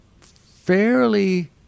fairly